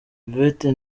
yvette